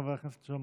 חבר הכנסת שלמה